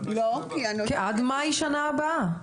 עד מאי שנה הבאה.